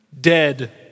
Dead